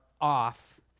off